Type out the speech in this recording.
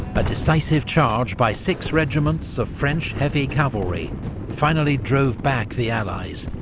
but decisive charge by six regiments of french heavy cavalry finally drove back the allies,